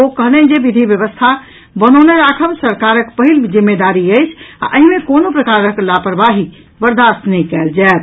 ओ कहलनि जे विधि व्यवस्था बनौने राखब सरकारक पहिल जिम्मेदारी अछि आ एहि मे कोनो प्रकारक लापरवाही बर्दास्त नहि कयल जायत